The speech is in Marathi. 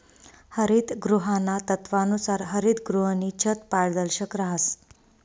हरितगृहाना तत्वानुसार हरितगृहनी छत पारदर्शक रहास